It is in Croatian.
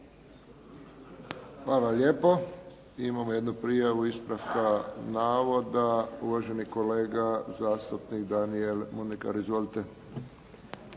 Hvala lijepo. Imamo jednu prijavu ispravka navoda. Uvaženi kolega zastupnik Danijel Mondekar. Izvolite.